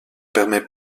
permet